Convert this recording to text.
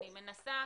אני מנסה,